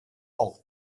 auch